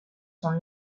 sont